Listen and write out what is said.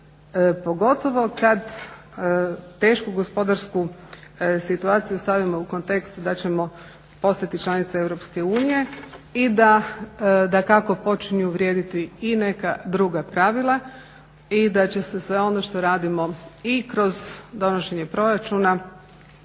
pogotovo kad tešku gospodarsku situaciju stavimo u kontekst da ćemo postati članica Europske unije i da dakako počinju vrijediti i neka druga pravila i da će se sve ono što radimo i kroz donošenje proračuna,